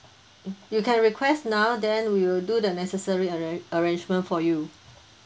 you can request now then we will do the necessary arra~ arrangement for you